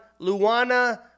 Luana